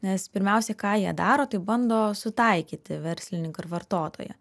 nes pirmiausiai ką jie daro tai bando sutaikyti verslininką ir vartotoją